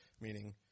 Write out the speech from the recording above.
meaning